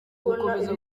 gukomeza